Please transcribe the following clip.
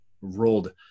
rolled